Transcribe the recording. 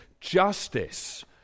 justice